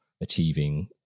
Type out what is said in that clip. achieving